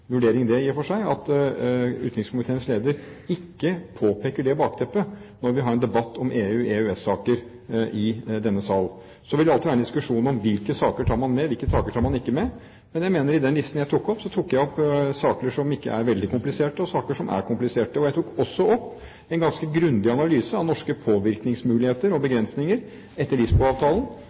vurdering, i og for seg – at utenrikskomiteens leder ikke påpeker det bakteppet når vi har en debatt om EU- og EØS-saker i denne sal. Så vil det alltid være en diskusjon om hvilke saker man tar med, og hvilke saker man ikke tar med. Jeg mener at jeg i den listen jeg nevnte, tok opp saker som ikke er veldig kompliserte, og saker som er kompliserte. Jeg hadde også en ganske grundig analyse av norske påvirkningsmuligheter og -begrensninger etter